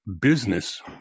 business